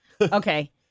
Okay